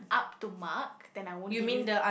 up to mark then I won't give you